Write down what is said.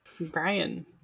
Brian